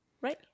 Right